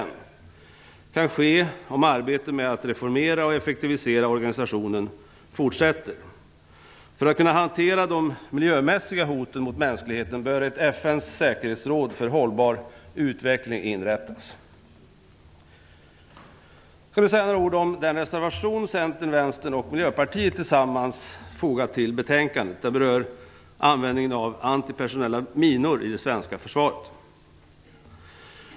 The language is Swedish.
Det kan ske om arbetet med att reformera och effektivisera organisationen fortsätter. För att kunna hantera de miljömässiga hoten mot mänskligheten bör ett FN:s säkerhetsråd för hållbar utveckling inrättas. Jag skall nu säga några ord om den reservation Centern, Vänsterpartiet och Miljöpartiet tillsammans har fogat till betänkandet. Den berör användningen av antipersonella minor i det svenska försvaret.